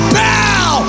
bow